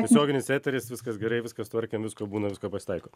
tiesioginis eteris viskas gerai viską sutvarkėm visko būna visko pasitaiko